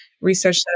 research